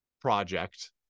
project